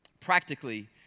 practically